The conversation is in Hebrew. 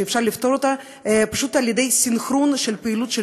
שאפשר לפתור אותה פשוט על ידי סנכרון הפעילות של